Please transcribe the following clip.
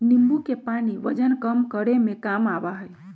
नींबू के पानी वजन कम करे में काम आवा हई